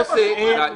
מוסי,